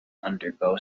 undergo